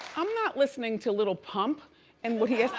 i'm not listening to lil pump and what he has to